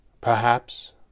Perhaps